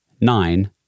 nine